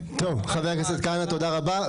טוב, חבר הכנסת כהנא, תודה רבה.